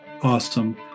awesome